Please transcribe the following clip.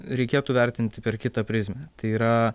reikėtų vertinti per kitą prizmę tai yra